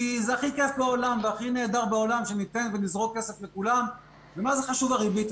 זה הכי כיף ונהדר בעולם שנזרוק כסף לכולם ומה חשוב הריבית,